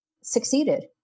succeeded